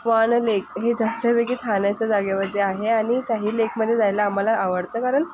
fun lake हे जास्तपैकी ठाण्याच्या जागेवरती आहे आणि काही लेकमध्ये जायला आम्हाला आवडतं कारण